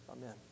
Amen